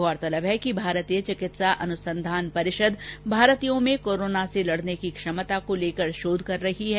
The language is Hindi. गौरतलब है कि भारतीय चिकित्सा अनुसंधान परिषद भारतीय लोगों में कोरोना से लड़ने की क्षमता को लेकर एक शोध कर रही है